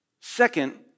Second